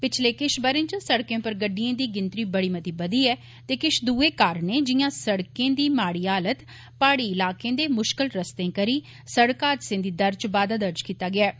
पिछले किश ब'रे च सड़कें पर गड्डिएं दी गिनतरी बड़ी मती बघी ऐ ते किश दुए कारणें जियां सड़के दी माड़ी हालत पहाड़ी इलाके दे मुश्कल रस्तें करी सड़क हादसें दी दर च बाददा दर्ज कीता गेआ ऐ